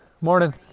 morning